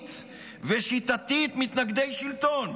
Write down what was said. זדונית ושיטתית מתנגדי שלטון,